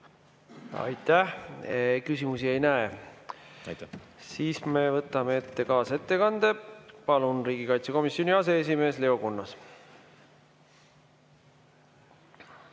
Aitäh! Küsimusi ei näe. Me võtame ette kaasettekande. Palun, riigikaitsekomisjoni aseesimees Leo Kunnas!